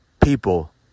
people